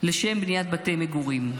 לשם בניית בתי מגורים.